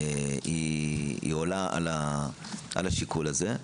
עולה על השיקול הזה.